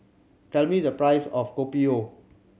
tell me the price of Kopi O